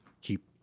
keep